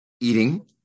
eating